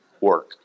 work